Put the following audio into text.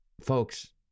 Folks